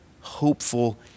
hopeful